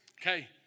Okay